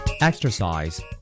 Exercise